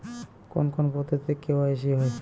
কোন কোন পদ্ধতিতে কে.ওয়াই.সি হয়?